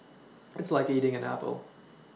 it's like eating an Apple